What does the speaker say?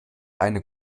eine